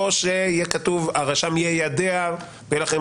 או שיהיה כתוב: הרשם יידע ותהיה להם